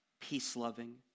peace-loving